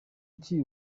iki